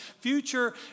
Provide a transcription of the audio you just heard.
future